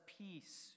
peace